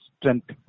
strength